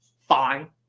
fine